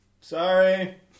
Sorry